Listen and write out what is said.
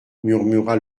murmura